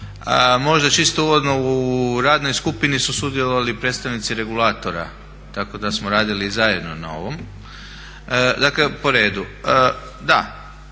Možda čisto uvodno u radnoj skupini su sudjelovali predstavnici regulatora, tako da smo radili zajedno na ovom. Dakle, po redu.